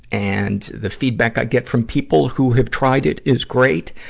and the feedback i get from people who've tried it is great,